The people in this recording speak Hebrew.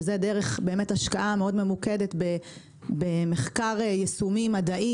וזה דרך באמת השקעה מאוד ממוקדת במחקר יישומי-מדעי,